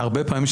הרבה פעמים,